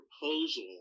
proposal